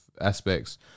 aspects